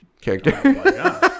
character